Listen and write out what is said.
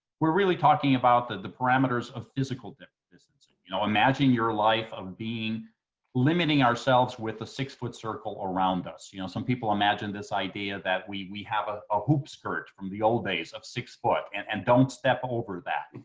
we're really talking about the parameters of physical distancing, you know? imagine your life of being limiting ourselves with a six foot circle around us, you know? some people imagine this idea that we we have ah a hoop skirt from the old days of six foot, and and don't step over that.